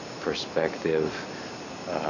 perspective